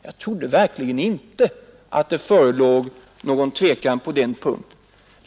Jag trodde verkligen inte att det förelåg någon tvekan på den punkten.